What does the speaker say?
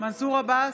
מנסור עבאס,